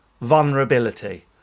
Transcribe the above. Vulnerability